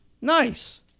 Nice